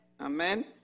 Amen